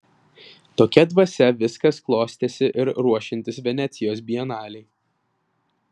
tokia dvasia viskas klostėsi ir ruošiantis venecijos bienalei